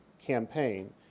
campaign